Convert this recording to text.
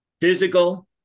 Physical